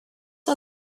are